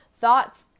thoughts